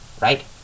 right